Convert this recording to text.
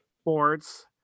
sports